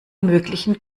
möglichen